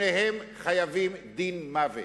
שניהם חייבים דין מוות.